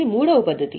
ఇది మూడవ పద్ధతి